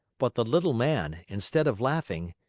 but the little man, instead of laughing,